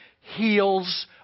heals